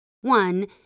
One